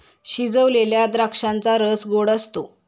शिजवलेल्या द्राक्षांचा रस गोड असतो